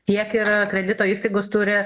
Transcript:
tiek ir kredito įstaigos turi